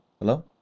Hello